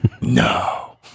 No